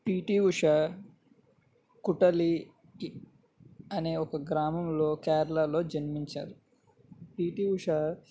PT Usha Kutali అనే ఒక గ్రామంలో కేరళాలో జన్మించారు పీటీ ఉష